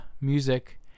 music